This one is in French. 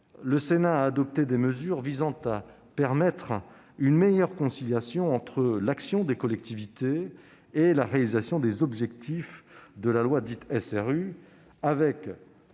le Sénat a adopté des mesures visant à permettre une meilleure conciliation entre l'action des collectivités et la réalisation des objectifs de la loi dite SRU, avec